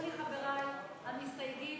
יסלחו לי חברי המסתייגים,